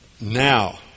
now